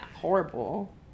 Horrible